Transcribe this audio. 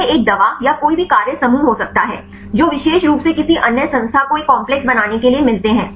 यह एक दवा या कोई भी कार्य समूह हो सकता है जो विशेष रूप से किसी अन्य संस्था को एक काम्प्लेक्स बनाने के लिए मिलते हैं